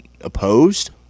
opposed